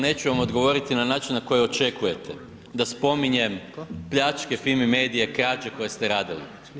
Neću vam odgovoriti na način, na koji očekujete, da spominjem pljačke, FIMI medije, krađe koje ste radili.